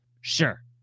Sure